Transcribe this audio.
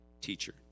teacher